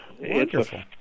Wonderful